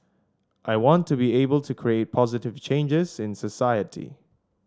I want to be able to create positive changes in society